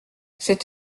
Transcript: cette